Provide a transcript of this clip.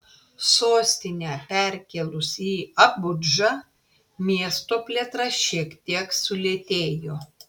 sostinę perkėlus į abudžą miesto plėtra šiek tiek sulėtėjo